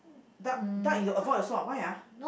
duck duck you avoid also ah why ah